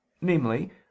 namely